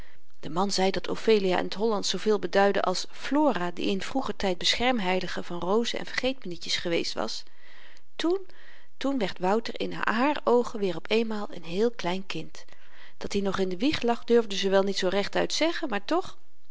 de man zei dat ophelia in t hollandsch zooveel beduidde als flora die in vroeger tyd beschermheilige van rozen en vergeetmenietjes geweest was toen toen werd wouter in haar oogen weer op eenmaal n heel klein kind dat-i nog in de wieg lag durfde ze wel niet zoo rechtuit zeggen maar toch